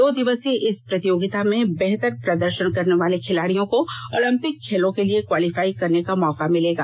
दो दिवसीय इस प्रतियोगिता में बेहतर प्रदर्षन करने वाले खिलाड़ियों को ओलंपिक खेलों के लिए क्वालीफाई करने का मौका मिलेगा